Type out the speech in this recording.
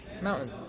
Mountain